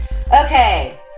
Okay